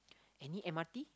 any m_r_t